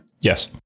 Yes